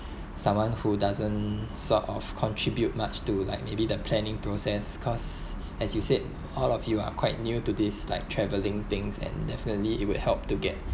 someone who doesn't sort of contribute much to like maybe the planning process cause as you said all of you are quite new to this like travelling things and definitely it will help to get